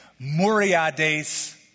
muriades